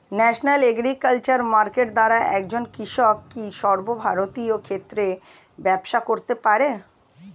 National agriculture market দ্বারা একজন কৃষক কি সর্বভারতীয় ক্ষেত্রে ব্যবসা করতে পারে?